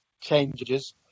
changes